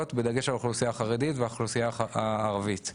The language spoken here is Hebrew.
בדגש על האוכלוסייה החרדית והאוכלוסייה הערבית.